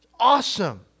Awesome